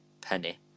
Penny